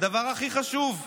הדבר הכי חשוב.